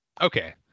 Okay